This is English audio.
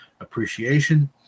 appreciation